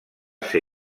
ser